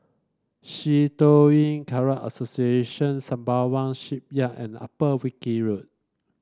Shitoryu Karate Association Sembawang Shipyard and Upper Wilkie Road